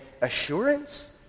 assurance